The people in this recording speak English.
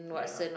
yeah